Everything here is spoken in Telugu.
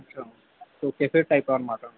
అచ్చ సో కెఫే టైప్ అనమాట